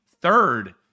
third